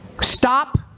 Stop